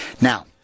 Now